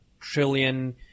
trillion